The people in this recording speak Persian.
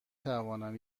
توانم